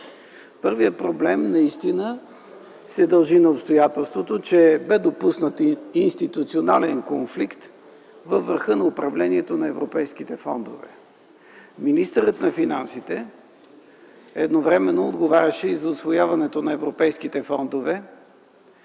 Първият проблем наистина се дължи на обстоятелството, че бе допуснат институционален конфликт във върха на управлението на европейските фондове. Министърът на финансите едновременно отговаряше и за усвояването на европейските фондове.